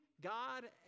God